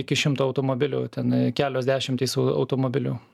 iki šimto automobilių ten kelios dešimtys automobilių